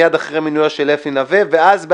מיד אחרי מינויו של אפי נוה; ואז בהדרגה,